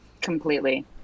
Completely